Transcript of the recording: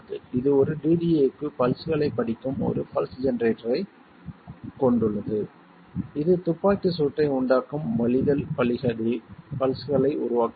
இது ஒரு DDA க்கு பல்ஸ்களைப் படிக்கும் ஒரு பல்ஸ் ஜெனரேட்டரைக் கொண்டுள்ளது இது துப்பாக்கிச் சூட்டை உண்டாக்கும் வழிதல் பல்ஸ்களை உருவாக்குகிறது